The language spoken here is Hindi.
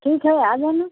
ठीक है आ जाना